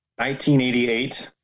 1988